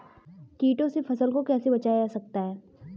कीटों से फसल को कैसे बचाया जा सकता है?